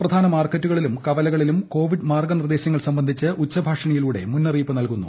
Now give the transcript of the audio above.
പ്രധാന മാർക്കറ്റുകളിലും കവലകളിലും കോവിഡ് മാർഗ നിർദ്ദേശങ്ങൾ സംബന്ധിച്ച് ഉച്ചഭാഷിണിയിലൂടെ മുന്നറിയിപ്പ് നൽകുന്നു